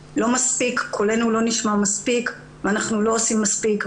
שקולנו לא נשמע מספיק ואנחנו לא עושים מספיק.